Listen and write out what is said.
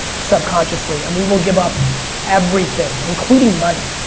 subconsciously, and we will give up everything, including money,